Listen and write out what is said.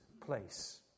place